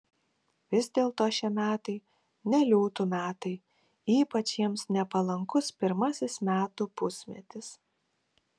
vis dėlto šie metai ne liūtų metai ypač jiems nepalankus pirmasis metų pusmetis